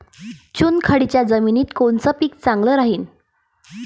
चुनखडीच्या जमिनीत कोनचं पीक चांगलं राहीन?